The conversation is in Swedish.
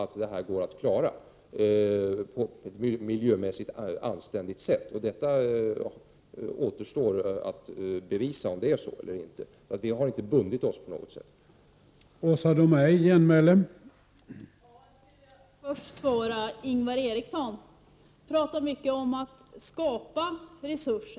1988/89:44 att detta problem kan klaras på ett miljömässigt anständigt sätt. Det återstår 13 december 1988 att bevisa om så är fallet eller inte. Detta har dock inte på något sätt bundit